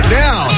now